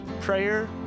prayer